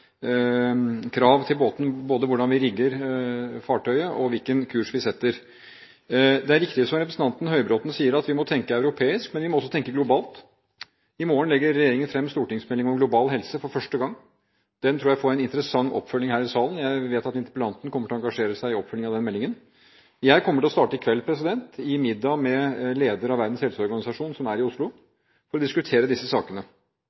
krav til båten, både til hvordan vi rigger fartøyet, og til hvilken kurs vi setter. Det er riktig som representanten Høybråten sier, at vi må tenke europeisk. Men vi må også tenke globalt. I morgen legger regjeringen for første gang fram stortingsmeldingen om global helse. Den tror jeg får en interessant oppfølging her i salen. Jeg vet at interpellanten kommer til å engasjere seg i oppfølgingen av denne meldingen. Jeg kommer til å starte i kveld, i en middag med lederen av Verdens helseorganisasjon som er i Oslo, med å diskutere disse sakene.